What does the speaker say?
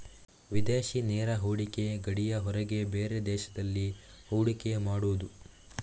ವಿದೇಶಿ ನೇರ ಹೂಡಿಕೆ ಗಡಿಯ ಹೊರಗೆ ಬೇರೆ ದೇಶದಲ್ಲಿ ಹೂಡಿಕೆ ಮಾಡುದು